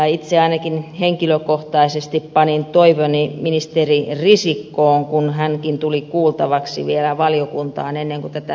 itse ainakin henkilökohtaisesti panin toivoni ministeri risikkoon kun hänkin tuli kuultavaksi vielä valiokuntaan ennen kuin tätä mietintöä ruvettiin laatimaan